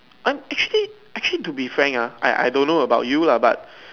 aren't actually actually to be frank ah I don't know about you lah but